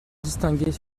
distinguait